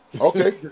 Okay